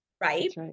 right